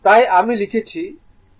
তাই আমি লিখেছি এটি বোধগম্য